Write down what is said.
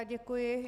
Děkuji.